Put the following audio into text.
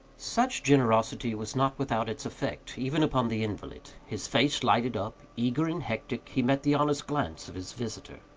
such generosity was not without its effect, even upon the invalid. his face lighted up eager and hectic, he met the honest glance of his visitor.